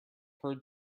heard